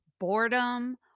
boredom